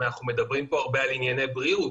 אנחנו מדברים פה הרבה על ענייני בריאות,